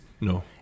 No